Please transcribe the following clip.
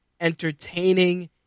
entertaining